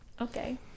Okay